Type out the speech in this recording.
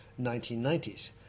1990s